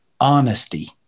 honesty